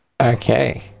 Okay